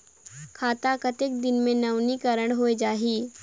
खाता कतेक दिन मे नवीनीकरण होए जाहि??